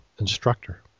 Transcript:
instructor